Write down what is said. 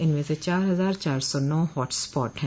इनमें चार हजार चार सौ नौ हॉट स्पॉट है